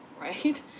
right